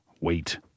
Wait